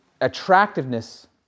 attractiveness